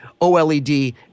OLED